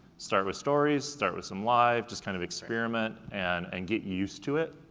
start with stories, start with some live, just kind of experiment and and get used to it,